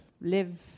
live